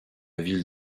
ville